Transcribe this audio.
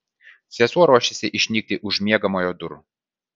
sesuo ruošėsi išnykti už miegamojo durų